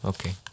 Okay